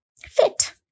fit